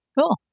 Cool